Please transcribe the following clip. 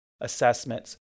assessments